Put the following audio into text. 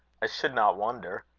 i should not wonder.